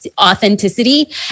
authenticity